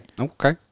Okay